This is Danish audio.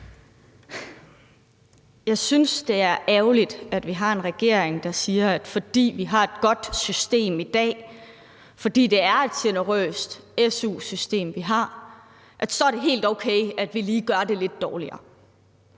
Jeg synes, det er ærgerligt, at vi har en regering, der siger, at fordi vi har et godt system i dag – for det er et generøst su-system, vi har – så er det helt okay, at vi lige gør det lidt dårligere,